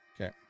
Okay